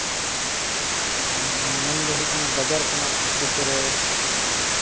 ᱢᱮᱱᱫᱚ ᱦᱩᱭᱩᱜ ᱠᱟᱱᱟ ᱵᱟᱡᱟᱨ ᱠᱷᱚᱱᱟᱜ ᱟᱹᱛᱩ ᱠᱚᱨᱮ